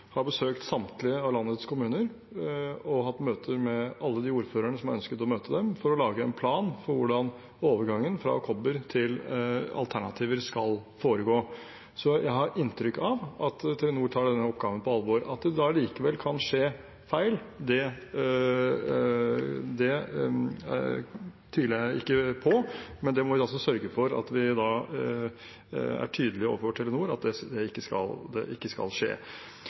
har besøkt samtlige av landets kommuner og hatt møte med alle de ordførerne som har ønsket å møte dem, for å lage en plan for hvordan overgangen fra kobber til alternativer skal foregå. Jeg har inntrykk av at Telenor tar denne oppgaven på alvor. At det da likevel kan skje feil, tviler jeg ikke på, men vi må sørge for at vi er tydelige overfor Telenor om at det ikke skal skje. Jeg har lyst til å si at jeg er glad for at representanten fra Arbeiderpartiet ikke